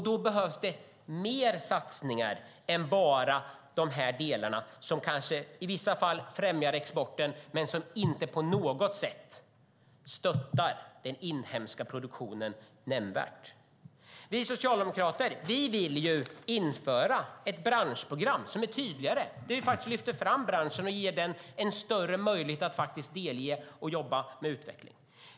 Det behövs därför ytterligare satsningar än bara de pengar som regeringen satsar och som i vissa fall skulle främja exporten, men som inte på något sätt stöttar den inhemska produktionen. Vi socialdemokrater vill införa ett branschprogram som är tydligare och som lyfter fram branschen och ger den en större möjlighet att jobba med utveckling.